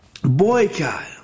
Boycott